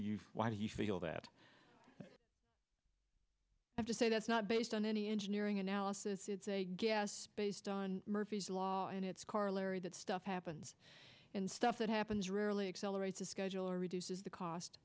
you why do you feel that i have to say that's not based on any engineering analysis it's a guess based on murphy's law and its corollary that stuff happens in stuff that happens rarely accelerates the scheduler reduces the cost